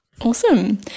awesome